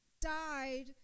died